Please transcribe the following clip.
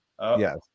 Yes